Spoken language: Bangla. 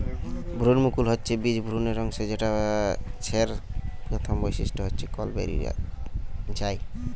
ভ্রূণমুকুল হচ্ছে বীজ ভ্রূণের অংশ যেটা ছের প্রথম বৈশিষ্ট্য হচ্ছে কল বেরি যায়